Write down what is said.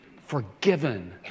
forgiven